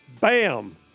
Bam